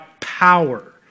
power